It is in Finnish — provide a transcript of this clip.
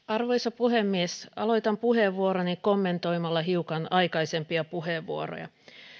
arvoisa puhemies aloitan puheenvuoroni kommentoimalla hiukan aikaisempia puheenvuoroja